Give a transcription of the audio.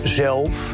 zelf